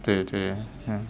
对对